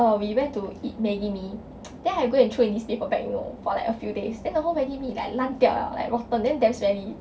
err we went to eat maggie mee then I go and throw in this paper bag you know for like a few days then the whole maggie mee is like 烂掉了 like rotten then damn smelly